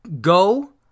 go